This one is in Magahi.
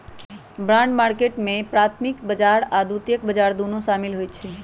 बॉन्ड मार्केट में प्राथमिक बजार आऽ द्वितीयक बजार दुन्नो सामिल होइ छइ